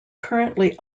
currently